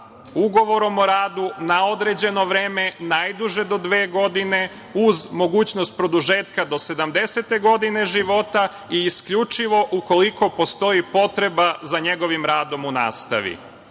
ugovorom o radu na određeno vreme, najduže do dve godine uz mogućnost produžetka do sedamdesete godine života i isključivo ukoliko postoji potreba za njegovim radom u nastavi.